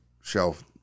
shelf